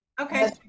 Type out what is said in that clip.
Okay